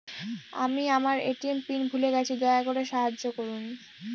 আমি আমার ATM PIN ভুলে গেছি, দয়া করে সাহায্য করুন